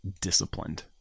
disciplined